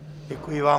Děkuji vám.